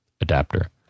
adapter